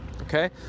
okay